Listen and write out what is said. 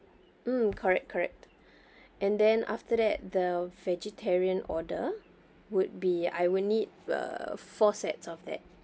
mm correct correct and then after that the vegetarian order would be I will need uh four sets of that